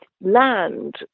land